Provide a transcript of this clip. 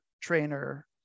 trainer